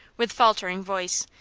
with faltering voice,